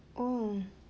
oh